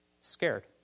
scared